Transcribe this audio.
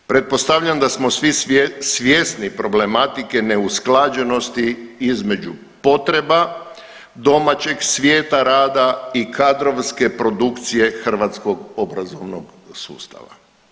Pretpostavljam da smo svi svjesni problematike neusklađenosti između potreba domaćeg svijeta rada i kadrovske produkcije hrvatskog obrazovnog sustava.